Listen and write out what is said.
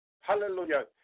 Hallelujah